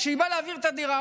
כשהיא באה להעביר את הדירה,